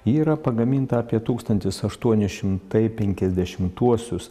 yra pagaminta apie tūkstantis aštuoni šimtai penkiasdešimtuosius